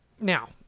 Now